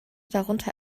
darunter